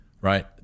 right